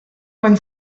quan